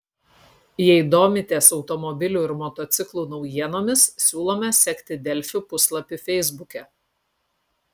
jei domitės automobilių ir motociklų naujienomis siūlome sekti delfi puslapį feisbuke